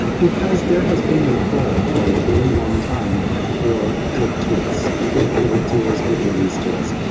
because there has been a hole for a really long time for good tools, good build tools, good release tools.